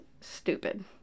stupid